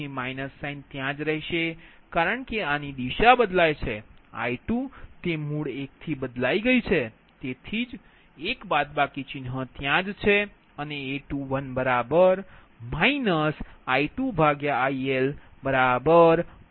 તેથી minus sign ત્યાં જ હશે કારણ કે આની દિશા બદલાઇ છે I2 તે મૂળ એક થી બદલાઈ ગઈ છે તેથી જ એક બાદબાકી ચિહ્ન ત્યાં જ છે અનેA21 I2IL 2 j0